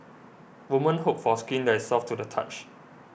women hope for skin that is soft to the touch